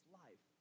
life